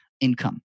income